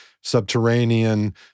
subterranean